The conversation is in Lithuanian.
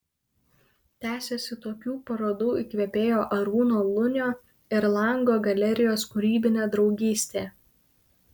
tęsiasi tokių parodų įkvėpėjo arūno lunio ir lango galerijos kūrybinė draugystė